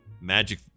Magic